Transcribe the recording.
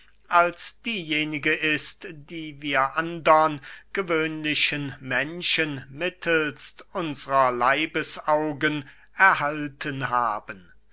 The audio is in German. als diejenige ist die wir andern gewöhnlichen menschen mittelst unsrer leibesaugen erhalten haben